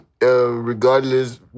regardless